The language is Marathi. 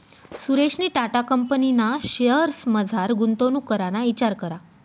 सुरेशनी टाटा कंपनीना शेअर्समझार गुंतवणूक कराना इचार करा